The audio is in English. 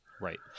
Right